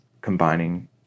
combining